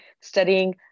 studying